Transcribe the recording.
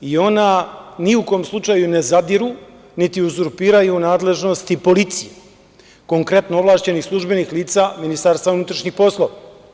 I ona ni u kom slučaju ne zadiru, niti uzurpiraju nadležnosti policije, konkretno, ovlašćeni službenik lica Ministarstva unutrašnjih poslova.